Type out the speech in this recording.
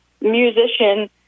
musician